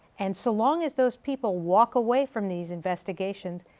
and so long as those people walk away from these investigations,